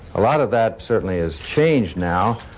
a lot of that certainly has changed now,